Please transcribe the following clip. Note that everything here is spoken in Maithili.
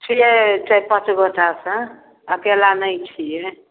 छियै चारि पाँच गोटा सऽ अकेला नहि छियै